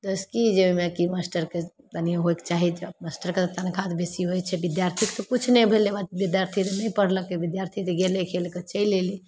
जइसे कि जाहिमे मास्टरके कनि होइके चाही मास्टरके तनखाह तऽ तनि बेसी होइ छै विद्यार्थीके तऽ किछु नहि भेलै बस विद्यार्थी तऽ नहि पढ़लकै विद्यार्थी जे गेलै खेलिकऽ चलि अएलै